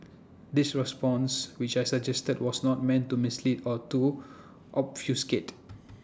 this response which I suggested was not meant to mislead or to obfuscate